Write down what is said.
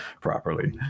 properly